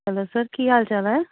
hello sir ਕੀ ਹਾਲ ਚਾਲ ਹੈ